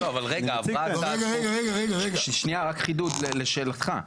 רק חידוד לשאלתך.